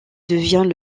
devient